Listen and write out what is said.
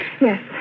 Yes